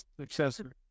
successor